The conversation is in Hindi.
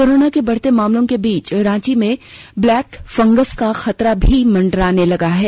कोरोना के बढ़ते मामलों के बीच रांची में ब्लैक फंगस का खतरा भी मंडराने लगा है